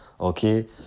okay